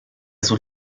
sul